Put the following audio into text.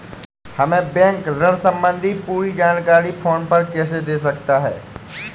हमें बैंक ऋण संबंधी पूरी जानकारी फोन पर कैसे दे सकता है?